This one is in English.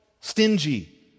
stingy